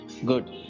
good